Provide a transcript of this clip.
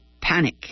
Panic